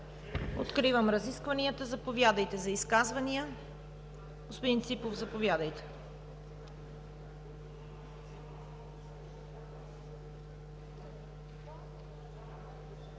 откривам разискванията – заповядайте за изказвания. Господин Ципов, заповядайте.